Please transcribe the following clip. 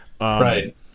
Right